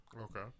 Okay